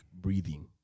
breathing